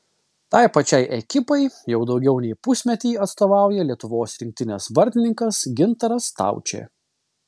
tai pačiai ekipai jau daugiau nei pusmetį atstovauja lietuvos rinktinės vartininkas gintaras staučė